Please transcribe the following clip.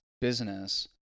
Business